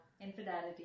infidelity